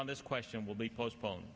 on this question will be postpone